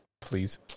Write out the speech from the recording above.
Please